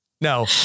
No